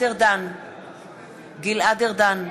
גלעד ארדן,